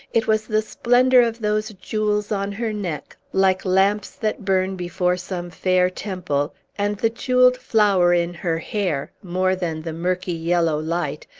it was the splendor of those jewels on her neck, like lamps that burn before some fair temple, and the jewelled flower in her hair, more than the murky, yellow light,